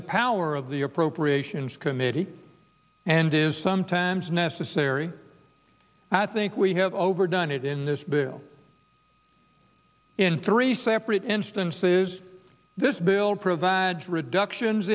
the power or of the appropriations committee and is sometimes necessary i think we have overdone it in this bill in three separate instances this bill provides reduction